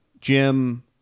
Jim